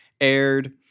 aired